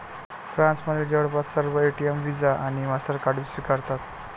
फ्रान्समधील जवळपास सर्व एटीएम व्हिसा आणि मास्टरकार्ड स्वीकारतात